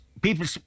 people